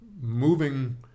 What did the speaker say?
moving